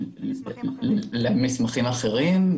למסמכים אחרים,